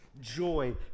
joy